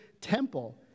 temple